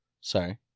Sorry